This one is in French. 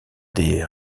des